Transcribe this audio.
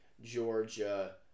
Georgia